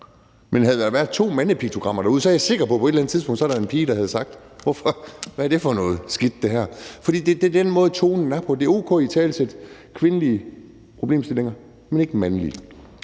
Men havde der været to mandepiktogrammer derude, er jeg sikker på, at der på et eller andet tidspunkt havde været en pige, der havde sagt: Hvorfor? Hvad er det for noget skidt? For det er den måde, tonen er på, altså at det er o.k. at italesætte kvindelige problemstillinger, men ikke mandlige.